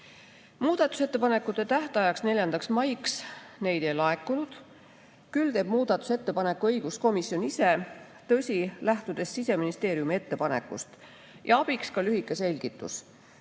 Muudatusettepanekute esitamise tähtajaks 4. maiks neid ei laekunud. Küll teeb muudatusettepaneku õiguskomisjon ise, tõsi, lähtudes Siseministeeriumi ettepanekust. Abiks ka lühike selgitus.